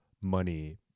money